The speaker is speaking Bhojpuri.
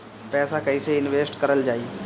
पैसा कईसे इनवेस्ट करल जाई?